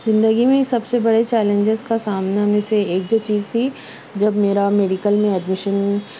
زندگی میں سب سے بڑے چیلنجز کا سامنا میں سے ایک جو چیز تھی جب میرا میڈیکل میں ایڈمیشن